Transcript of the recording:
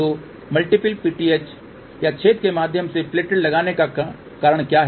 तो multiple PTH या छेद के माध्यम से प्लेटेड लगाने का कारण क्या है